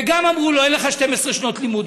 וגם אמרו לו: אין לך 12 שנות לימוד,